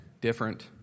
different